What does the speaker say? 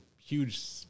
huge